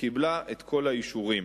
שקיבלה את כל האישורים.